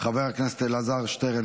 חבר הכנסת אלעזר שטרן,